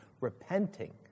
repenting